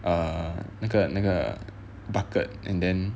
err 那个那个 bucket and then